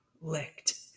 licked